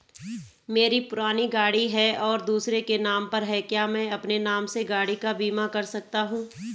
मेरी पुरानी गाड़ी है और दूसरे के नाम पर है क्या मैं अपने नाम से गाड़ी का बीमा कर सकता हूँ?